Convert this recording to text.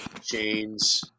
chains